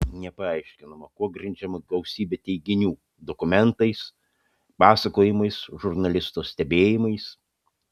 nepaaiškinama kuo grindžiama gausybė teiginių dokumentais pasakojimais žurnalisto stebėjimais